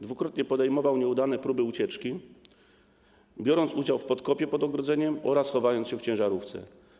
Dwukrotnie podejmował nieudane próby ucieczki: biorąc udział w podkopie pod ogrodzeniem oraz chowając się w ciężarówce.